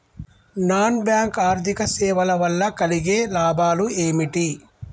Non bank ఆర్థిక సేవల వల్ల కలిగే లాభాలు ఏమిటి?